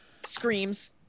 Screams